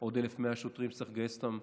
עוד 1,100 שוטרים שצריך לגייס אותם,